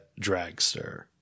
Dragster